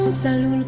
so